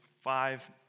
five